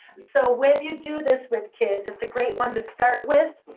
so when you do this with kids, it's a great one to start with.